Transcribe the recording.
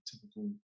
typical